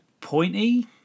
pointy